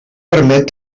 permet